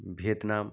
Vietnam